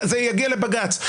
זה יגיע לבג"ץ.